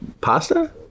pasta